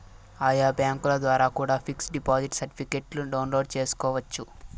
ఆయా బ్యాంకుల ద్వారా కూడా పిక్స్ డిపాజిట్ సర్టిఫికెట్ను డౌన్లోడ్ చేసుకోవచ్చు